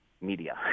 media